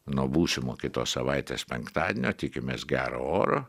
nuo būsimo kitos savaitės penktadienio tikimės gero oro